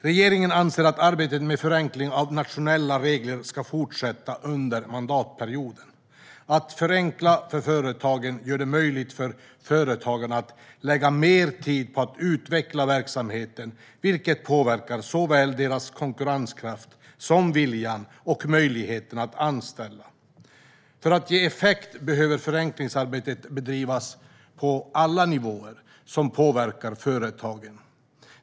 Regeringen anser att arbetet med förenkling av nationella regler ska fortsätta under mandatperioden. Att förenkla för företagen gör det möjligt för företagen att lägga mer tid på att utveckla verksamheten, vilket påverkar såväl deras konkurrenskraft som deras vilja och möjligheter att anställa. För att ge effekt behöver förenklingsarbetet bedrivas på alla nivåer som påverkar företagen.